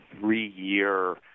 three-year